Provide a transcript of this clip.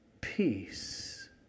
peace